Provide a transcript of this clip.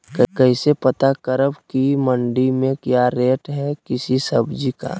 कैसे पता करब की मंडी में क्या रेट है किसी सब्जी का?